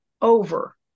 over